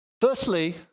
Firstly